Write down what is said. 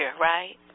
right